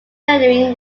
lettering